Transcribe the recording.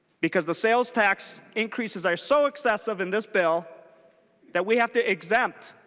because the sales tax increases are so excessive in this bill that we have to exempt